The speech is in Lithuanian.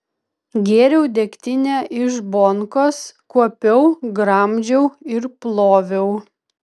gėriau degtinę iš bonkos kuopiau gramdžiau ir ploviau